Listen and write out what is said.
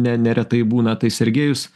ne neretai būna tai sergejus